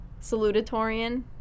Salutatorian